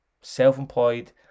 self-employed